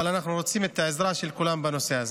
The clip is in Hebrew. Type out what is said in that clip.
אבל אנחנו רוצים את העזרה של כולם בנושא הזה.